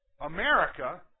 America